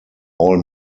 all